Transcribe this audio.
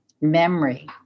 memory